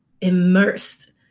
immersed